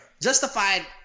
Justified